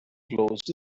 closed